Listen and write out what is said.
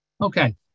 okay